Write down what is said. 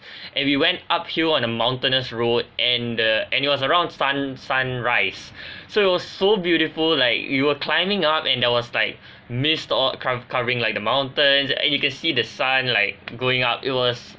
and we went uphill on a mountainous road and the and it was around sun~ sunrise so it was so beautiful like we were climbing up and there was like mist o~ co~ covering like the mountains and you can see the sun like going up it was